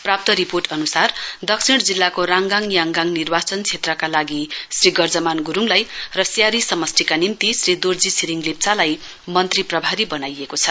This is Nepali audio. प्राप्त रिपोर्ट अनुसार दक्षिण जिल्लाको राङ गाङ याङगाङ निर्वाचन क्षेत्रका लागि श्री गर्जमान गुरूङलाई र स्यारी समष्टिका निम्ति श्री दोर्जी छिरिङ लेप्चालाई मन्त्री प्रभारी बनाइएको छ